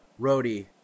roadie